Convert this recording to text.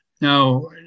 Now